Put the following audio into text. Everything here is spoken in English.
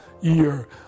year